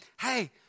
hey